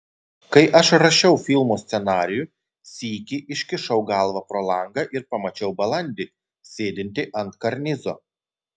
kai aš rašiau filmo scenarijų sykį iškišau galvą pro langą ir pamačiau balandį sėdintį ant karnizo